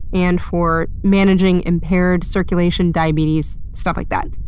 and for managing impaired circulation, diabetes, stuff like that.